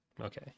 Okay